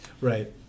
right